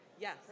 Yes